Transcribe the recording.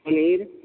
paneer